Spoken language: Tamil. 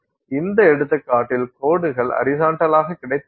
இந்த எடுத்துக்காட்டில் கோடுகள் ஹரிசாண்டலாக கிடைத்துள்ளன